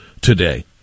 today